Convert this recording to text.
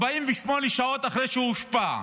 48 שעות אחרי שהושבע,